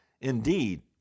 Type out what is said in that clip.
Indeed